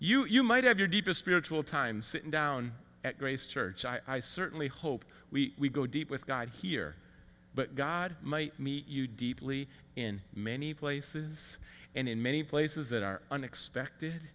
fish you might have your deeper spiritual time sitting down at grace church i certainly hope we go deep with god here but god might meet you deeply in many places and in many places that are unexpected